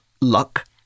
luck